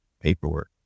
paperwork